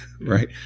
right